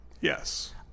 Yes